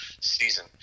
season